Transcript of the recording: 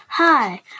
Hi